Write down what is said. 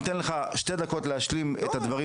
אני אתן לך שתי דקות להשלים את הדברים